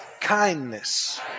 Kindness